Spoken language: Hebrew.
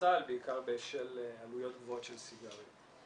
הסל בעיקר בשל עלויות גבוהות של סיגריות.